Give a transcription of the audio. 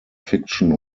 fiction